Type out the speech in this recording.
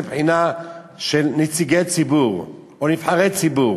מבחינה של נציגי ציבור או נבחרי ציבור?